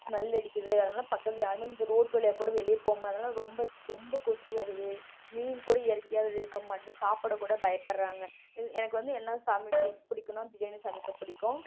smell அடிக்குது அதனால பக்கத்தில் யாருமே இந்த ரோட்டு வழியாக கூட வெளியே போக முடியாததனால ரொம்ப ரொம்ப கொசு வருது மீன் கூட இயற்கையாக அதில் இருக்க மாட்டுது சாப்பிட கூட பயப்படுறாங்க எனக்கு வந்த என்ன சமைக்க பிடிக்குன்னா பிரியாணி சமைக்க பிடிக்கும்